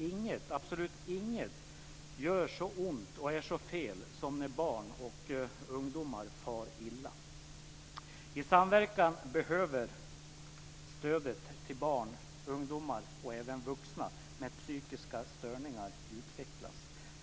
Inget, absolut inget, gör så ont och är så fel som när barn och ungdomar far illa. I samverkan behöver stödet till barn, ungdomar och även vuxna med psykiska störningar utvecklas.